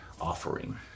offering